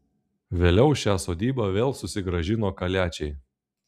vėliau šią sodybą vėl susigrąžino kaliačiai